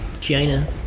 China